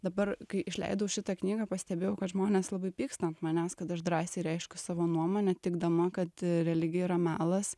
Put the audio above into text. dabar kai išleidau šitą knygą pastebėjau kad žmonės labai pyksta ant manęs kad aš drąsiai reiškiu savo nuomonę teigdama kad religija yra melas